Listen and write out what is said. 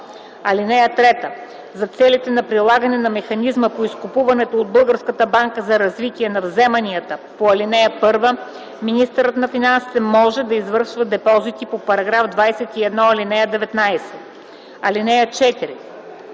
4.1. (3) За целите на прилагане на механизма по изкупуването от Българската банка за развитие на вземанията по ал. 1 министърът на финансите може да извършва депозити по § 21, ал. 19. (4)